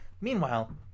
Meanwhile